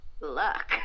luck